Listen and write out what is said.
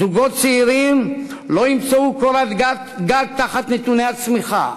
זוגות צעירים לא ימצאו קורת גג תחת נתוני הצמיחה.